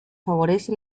favorece